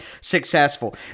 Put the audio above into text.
successful